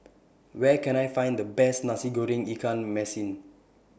Where Can I Find The Best Nasi Goreng Ikan Masin